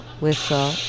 whistle